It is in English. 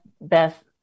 Beth